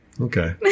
Okay